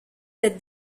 cette